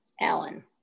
Alan